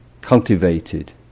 cultivated